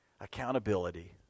accountability